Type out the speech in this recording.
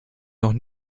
noch